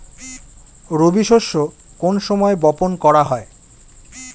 রবি শস্য কোন সময় বপন করা হয়?